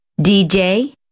dj